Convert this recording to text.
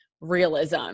realism